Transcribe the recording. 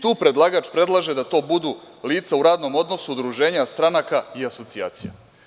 Tu predlagač predlaže da to budu lica u radnom odnosu, udruženja stranaka i asocijacija.